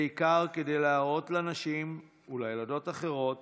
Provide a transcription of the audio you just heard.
בעיקר כדי להראות לנשים ולילדות אחרות